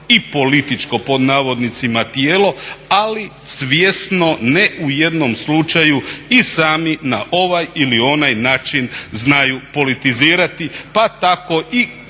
i političko pod navodnicima "tijelo" ali svjesno ne u jednom slučaju i sami na ovaj ili onaj način znaju politizirati pa tako i